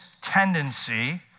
tendency